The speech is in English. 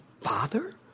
father